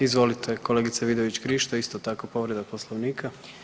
Izvolite kolegice Vidović Krišto, isto tako povreda Poslovnika.